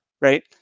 right